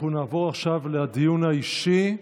אנחנו נעבור עכשיו לדיון האישי.